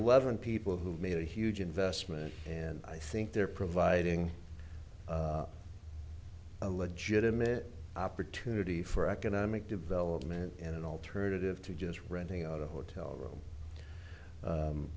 n people who've made a huge investment and i think they're providing a legitimate opportunity for economic development in an alternative to just renting out a hotel room